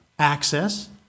access